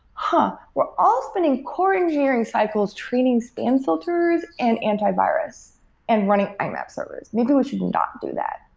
huh! we're all spending core engineering cycles treating spam filters and antivirus and running imap servers, maybe we should not do that.